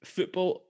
Football